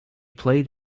played